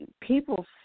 People